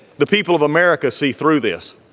the people of america see through this.